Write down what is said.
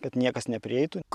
kad niekas neprieitų